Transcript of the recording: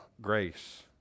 grace